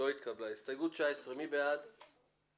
הצבעה בעד 2 נגד